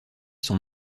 sont